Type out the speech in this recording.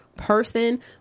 person